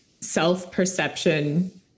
self-perception